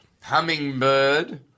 Hummingbird